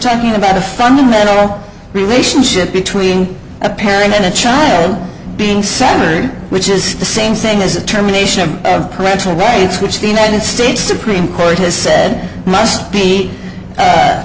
talking about a fundamental relationship between a parent and a child being salary which is the same thing as a terminations have parental rights which the united states supreme court has said must be